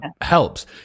helps